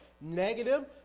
negative